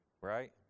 right